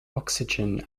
oxygen